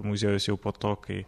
muziejus jau po to kai